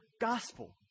gospel